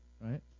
right